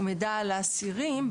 הוא מידע על האסירים,